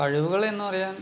കഴിവുകളെന്നു പറയാൻ